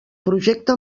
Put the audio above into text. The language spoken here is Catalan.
projecte